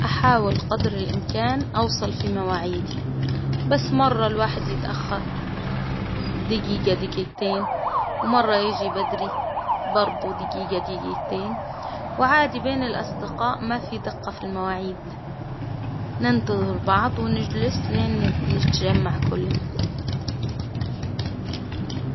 أحاول قدر الإمكان أوصل في مواسيدي، بس مرة الواحد يتأخر، دقيقة دقيقتين ومرة يجي بدري، برضو دقيقة دقيقتين، وعادي بين الأصدقاء ما في دقة في المواعيد، ننتظر بعض ونجلس لين نت نتجمع كلنا.